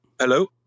Hello